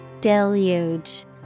Deluge